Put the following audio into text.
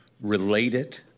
related